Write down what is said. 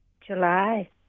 July